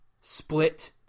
Split